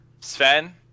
Sven